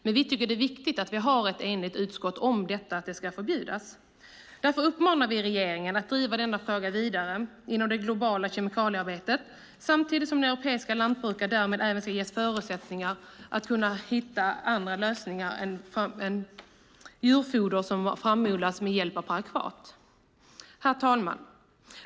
Vi tycker att det är viktigt att vi har ett enigt utskott om att det ska förbjudas. Därför uppmanar vi regeringen att driva denna fråga vidare inom det globala kemikaliearbetet samtidigt som europeiska lantbrukare ska kunna ges bättre förutsättningar att hitta andra lösningar än djurfoder som framodlats med hjälp av parakvat. Herr talman!